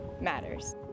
matters